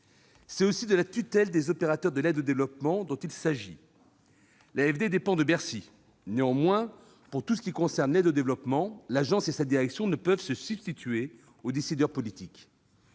C'est aussi de la tutelle des opérateurs de l'aide au développement qu'il s'agit. L'AFD dépend de Bercy. Néanmoins, pour tout ce qui concerne l'aide au développement, l'Agence et sa direction ne peuvent se substituer aux décideurs politiques.